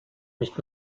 nicht